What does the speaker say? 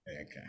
Okay